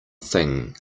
thing